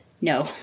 No